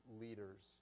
leaders